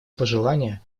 пожелание